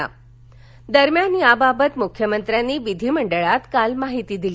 मख्यमंत्री दरम्यान याबाबत मुख्यमंत्र्यांनी विधिमंडळात काल माहिती दिली